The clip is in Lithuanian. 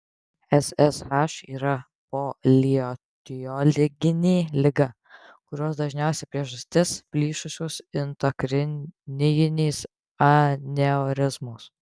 ssh yra polietiologinė liga kurios dažniausia priežastis plyšusios intrakranijinės aneurizmos